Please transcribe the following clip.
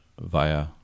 via